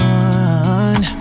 one